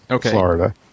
Florida